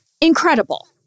Incredible